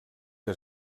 que